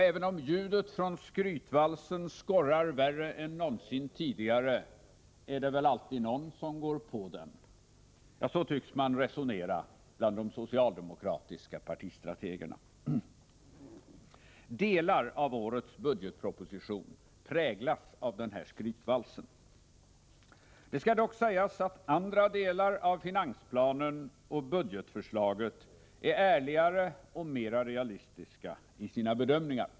Även om ljudet från skrytvalsen skorrar värre än någonsin tidigare, är det väl alltid någon som går på den. Ja, så tycks man resonera bland de socialdemokratiska partistrategerna. Delar av årets budgetproposition präglas av den här skrytvalsen. Det skall dock sägas att regeringen i andra delar av finansplanen och budgetförslaget är ärligare och mera realistisk i sina bedömningar.